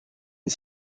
une